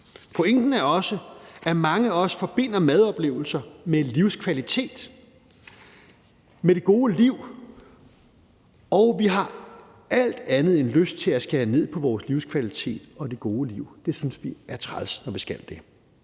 Pointen er også, at mange af os forbinder madoplevelser med livskvalitet, med det gode liv, og vi har alt andet end lyst til at skære ned på vores livskvalitet og det gode liv. Vi synes, det er træls, når vi skal det.